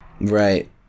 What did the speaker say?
Right